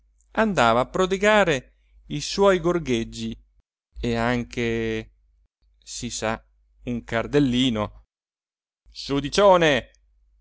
andava a prodigare i suoi gorgheggi e anche si sa un cardellino